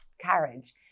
carriage